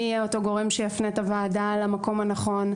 מי יהיה אותו גורם שיפנה את הוועדה למקום הנכון.